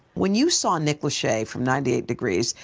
when you saw nick leshea from ninety eight degrees,